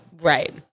Right